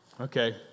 Okay